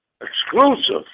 exclusive